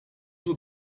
were